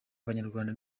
abanyarwanda